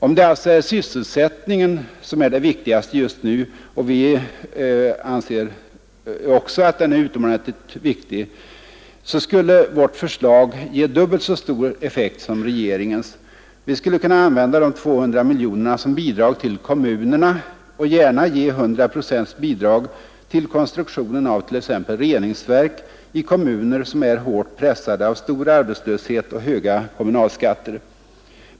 Om det alltså är sysselsättningen som är det viktigaste just nu — och vi anser verkligen att den är utecmordentligt viktig — så skulle vårt förslag ge dubbelt så stor effekt som regeringens. Vi skulle kunna använda de 200 miljonerna som extra bidrag till kommunerna och gärna ge 100 procents bidrag till konstruktionen av t.ex. reningsverk i kommuner, som är hårt pressade av stor arbetslöshet och höga kommunalskatter.